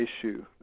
issue